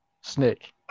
snake